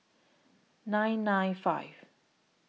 nine nine five